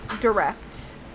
direct